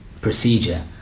procedure